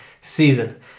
season